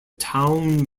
town